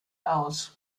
aus